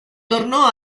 tornò